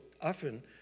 often